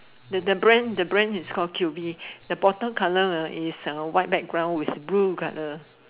the the brand the brand is call Q_V the bottom colour ah is uh white background with blue colour